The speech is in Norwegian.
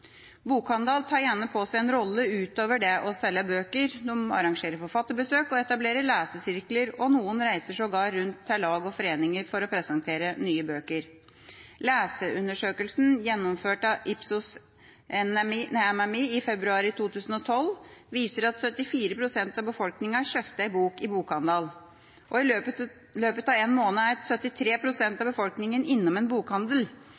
Bokhandelen tar gjerne på seg en rolle utover det å selge bøker. De arrangerer forfatterbesøk, etablerer lesesirkler og noen reiser sågar rundt til lag og foreninger for å presentere nye bøker. Leserundersøkelsen gjennomført av Ipsos MMI i februar 2012 viser at 74 pst. av befolkninga kjøpte en bok i bokhandelen. I løpet av en måned er 73 pst. av befolkninga innom en bokhandel.